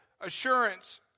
assurance